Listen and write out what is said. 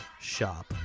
Shop